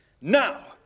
Now